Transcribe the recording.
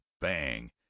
bang